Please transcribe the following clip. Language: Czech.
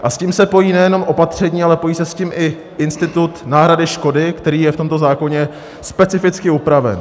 A s tím se pojí nejenom opatření, ale pojí se s tím i institut náhrady škody, který je v tomto zákoně specificky upraven.